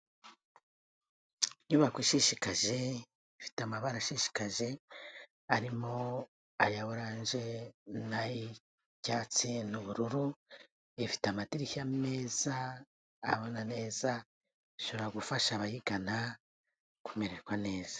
Inyubako ishishikaje ifite amabara ashishikaje arimo aya oranje n'ay'icyatsi n'ubururu, ifite amadirishya meza abona neza, ishobora gufasha abayigana kumererwa neza.